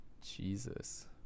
Jesus